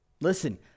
Listen